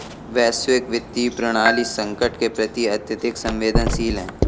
वैश्विक वित्तीय प्रणाली संकट के प्रति अत्यधिक संवेदनशील है